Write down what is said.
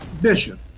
Bishop